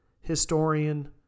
historian